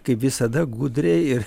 kaip visada gudriai ir